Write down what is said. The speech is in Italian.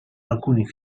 alcuni